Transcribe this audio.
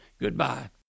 Goodbye